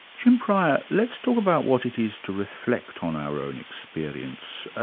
jim pryor, let's talk about what it is to reflect on our own experience.